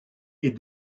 est